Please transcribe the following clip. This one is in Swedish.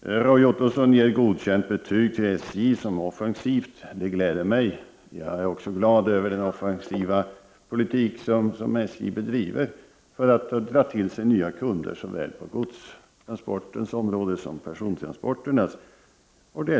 Roy Ottosson ger godkänt betyg åt SJ och betecknar det som offensivt. Det gläder mig. Jag är också glad över den offensiva politik som SJ bedriver för att dra till sig nya kunder på såväl godstransportens område som persontransporternas område.